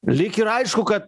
lyg ir aišku kad